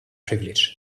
privilege